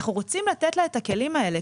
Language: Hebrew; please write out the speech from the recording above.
אנחנו רוצים לתת לה את הכלים האלה.